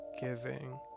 giving